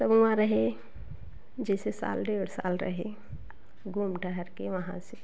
तब वहाँ रहे जैसे साल डेढ़ साल रहे गोम ढहर के वहाँ से